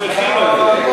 זה נשמע שאתם שמחים.